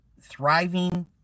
thriving